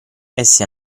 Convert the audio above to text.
essi